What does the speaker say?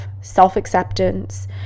self-acceptance